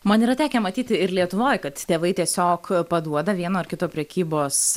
man yra tekę matyti ir lietuvoj kad tėvai tiesiog paduoda vieno ar kito prekybos